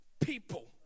people